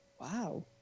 Wow